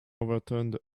overturned